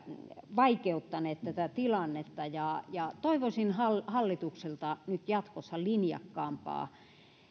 vaikeuttaneet tätä tilannetta ja ja toivoisin hallitukselta nyt jatkossa linjakkaampaa